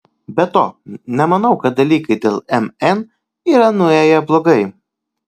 be to nemanau kad dalykai dėl mn yra nuėję blogai